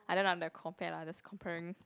I don't know lah I'm like compare lah just comparing